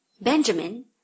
Benjamin